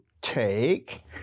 take